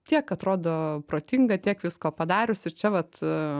tiek atrodo protinga tiek visko padarius ir čia vat